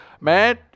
Man